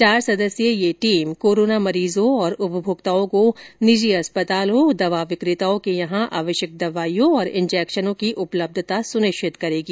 चार सदस्यीय ये टीम कोरोना मरीजों और उपभोक्ताओं को निजी अस्पतालों दवा विकेताओं के यहां आवश्यक दवाइयों तथा इंजेक्शनों की उपलब्धता सुनिश्चित करेगी